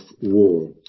war